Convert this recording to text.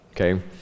okay